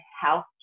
health